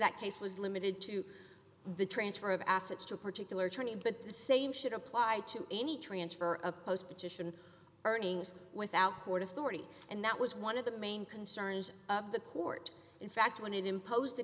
that case was limited to the transfer of assets to a particular tourney but the same should apply to any transfer of post petition earnings without court authority and that was one of the main concerns of the court in fact when it imposed the